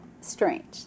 strange